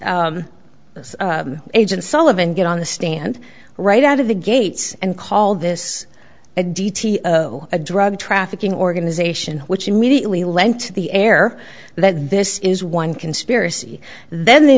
agent sullivan get on the stand right out of the gates and call this a d t a drug trafficking organization which immediately lent the air that this is one conspiracy then they